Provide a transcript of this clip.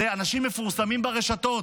זה אנשים מפורסמים ברשתות,